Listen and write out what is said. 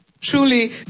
Truly